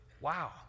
Wow